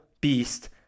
beast